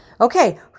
Okay